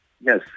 Yes